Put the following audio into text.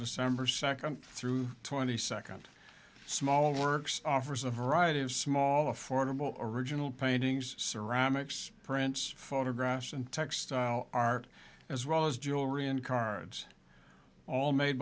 december second through twenty second smaller works offers a variety of small affordable original paintings ceramics prints photographs and textile are as well as jewelry and cards all made